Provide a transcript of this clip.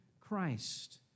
Christ